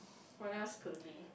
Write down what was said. what else could it be